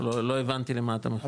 לא הבנתי למה אתה מכוון.